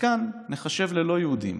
וכאן ניחשב ללא יהודים.